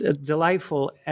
delightful